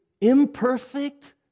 imperfect